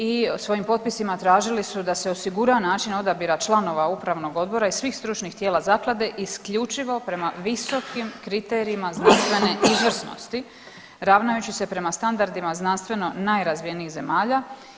I svojim potpisima tražili su da se osigura način odabira članova upravnog odbora i svih stručnih tijela zaklade isključivo prema visokim kriterijima znanstvene izvrsnosti ravnajući se prema standardima znanstveno najrazvijenijih zemalja.